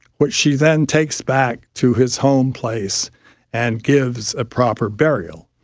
which she then takes back to his home place and gives a proper burial.